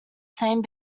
same